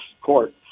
court